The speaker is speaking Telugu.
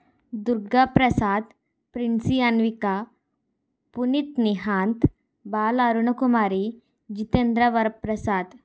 దుర్గా ప్రసాద్ ప్రిన్సీ అన్విక పునీత్ నిహాన్త్ బాల అరుణకుమారి జితేంద్ర వరప్రసాద్